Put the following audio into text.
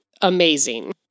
amazing